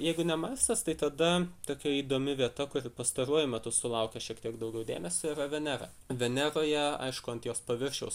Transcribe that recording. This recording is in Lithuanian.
jeigu ne marsas tai tada tokia įdomi vieta kuri pastaruoju metu sulaukia šiek tiek daugiau dėmesio yra venera veneroje aišku ant jos paviršiaus